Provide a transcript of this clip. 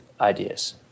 ideas